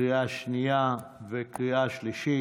לקריאה שנייה וקריאה שלישית.